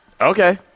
Okay